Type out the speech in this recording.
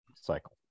cycle